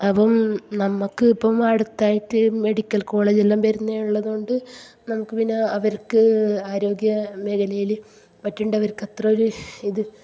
അപ്പം നമ്മൾക്ക് ഇപ്പം അടുത്തായിട്ട് മെഡിക്കൽ കോളേജുകളെല്ലാം വരുമെന്നുള്ളത് കൊണ്ട് നമുക്ക് പിന്നെ അവർക്ക് ആരോഗ്യ മേഖലയിൽ മറ്റുള്ളവർക്ക് അത്ര ഒരു ഇത്